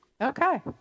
Okay